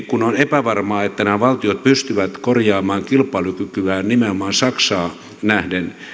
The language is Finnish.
kun on epävarmaa että nämä valtiot pystyvät korjaamaan kilpailukykyään nimenomaan saksaan nähden